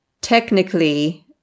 technically